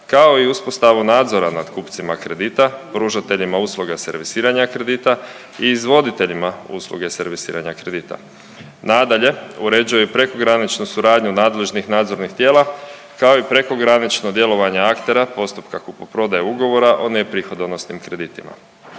kao i uspostavu nadzora nad kupcima kredita pružateljima usluge servisiranja kredita i izvoditeljima usluge servisiranja kredita. Nadalje uređuje i prekograničnu suradnju nadležnih nadzornih tijela kao i prekogranično djelovanje aktera postupka kupoprodaje ugovora o neprihodonosnim kreditima.